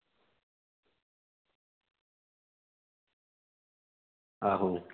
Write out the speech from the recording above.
आहो